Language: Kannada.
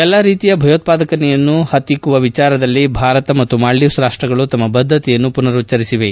ಎಲ್ಲಾ ರೀತಿಯ ಭಯೋತ್ಪಾದನೆಯನ್ನು ಪತ್ತಿಕ್ಕುವ ವಿಚಾರದಲ್ಲಿ ಭಾರತ ಮತ್ತು ಮಾಲ್ಡೀವ್ಸ ರಾಷ್ಟಗಳು ತಮ್ಮ ಬದ್ದತೆಯನ್ನು ಮನರುಚ್ಚರಿಸಿವೆ